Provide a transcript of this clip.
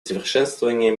совершенствование